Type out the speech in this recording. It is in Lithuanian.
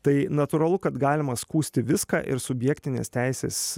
tai natūralu kad galima skųsti viską ir subjektinės teisės